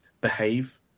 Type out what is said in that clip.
behave